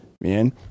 man